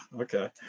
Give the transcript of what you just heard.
okay